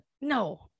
No